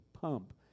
pump